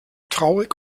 traurig